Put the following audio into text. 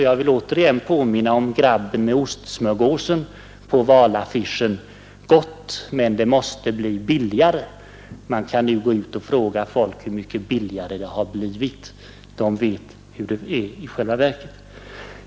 Jag vill återigen påminna om valaffischen med grabben och ostsmörgåsen: ”Gott, men det måste bli billigare.” Man kan nu gå ut och fråga folk hur mycket billigare det har blivit. De vet hur det blivit tvärtom.